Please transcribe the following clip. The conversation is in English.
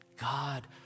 God